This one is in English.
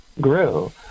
grew